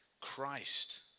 Christ